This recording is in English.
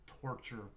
torture